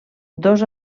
dos